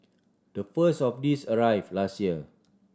the first of these arrived last year